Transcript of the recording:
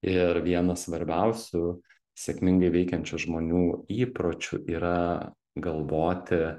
ir vienas svarbiausių sėkmingai veikiančių žmonių įpročių yra galvoti